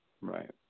Right